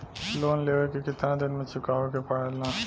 Loan लेवे के कितना दिन मे चुकावे के पड़ेला?